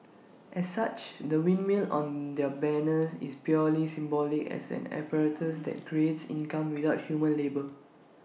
as such the windmill on their banners is purely symbolic as an apparatus that creates income without human labour